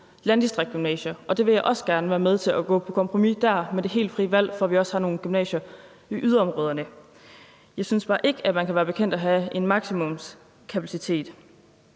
landdistriktsgymnasier. Der vil jeg også gerne være med til at gå på kompromis med det helt frie valg, for at vi også har nogle gymnasier i yderområderne. Jeg synes bare ikke, at man kan være bekendt at have en maksimumskapacitet.